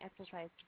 exercise